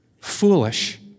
Foolish